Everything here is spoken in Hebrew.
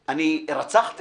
האם החוק הזה הוא מושלם?